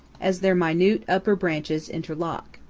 as their minute upper branches interlock.